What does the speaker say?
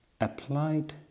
applied